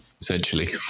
essentially